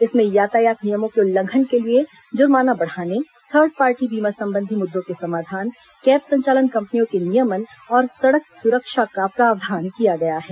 इसमें यातायात नियमों के उल्लंघन के लिए जुर्माना बढ़ाने थर्ड पार्टी बीमा संबंधी मुद्दों के समाधान कैब संचालन कंपनियों के नियमन और सड़क सुरक्षा का प्रावधान किया गया है